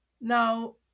Now